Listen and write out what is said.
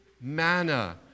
manna